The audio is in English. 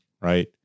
Right